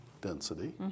density